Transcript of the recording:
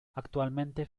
actualmente